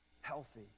healthy